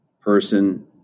person